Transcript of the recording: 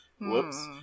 Whoops